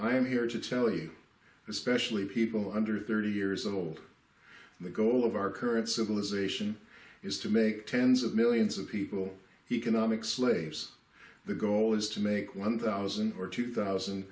you especially people under thirty years old the goal of our current civilization is to make tens of millions of people economic slaves the goal is to make one thousand or two thousand